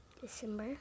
December